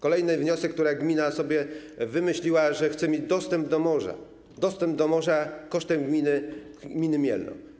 Kolejny wniosek, bo gmina sobie wymyśliła, że chce mieć dostęp do morza - dostęp do morza kosztem gminy Mielno.